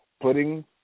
putting